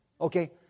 okay